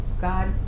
God